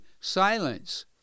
silence